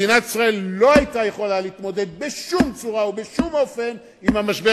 מדינת ישראל לא היתה יכולה להתמודד בשום צורה ובשום אופן עם המשבר